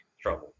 trouble